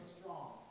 strong